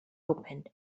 opened